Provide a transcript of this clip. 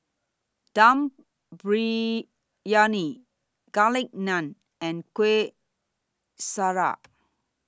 Dum Briyani Garlic Naan and Kueh Syara